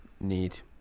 neat